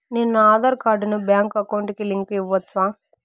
నేను నా ఆధార్ కార్డును బ్యాంకు అకౌంట్ కి లింకు ఇవ్వొచ్చా?